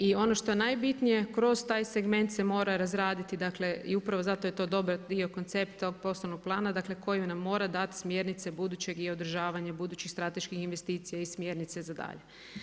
I ono što je najbitnije, kroz taj segment se mora razraditi, dakle, i upravo zato je to dobar dio koncepta poslovnog plana dakle, koji nam mora dati smjernice budućeg i održavanja, buduće strateških investicija i smjernica za dalje.